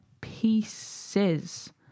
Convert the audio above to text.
pieces